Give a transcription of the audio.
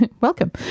Welcome